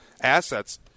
assets